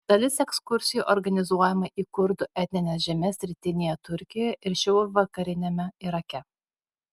dalis ekskursijų organizuojama į kurdų etnines žemes rytinėje turkijoje ir šiaurvakariniame irake